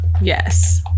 Yes